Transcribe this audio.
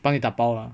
帮你打包 ah